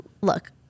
Look